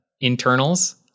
Internals